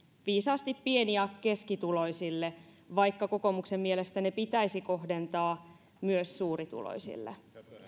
viisaasti pieni ja keskituloisille vaikka kokoomuksen mielestä ne pitäisi kohdentaa myös suurituloisille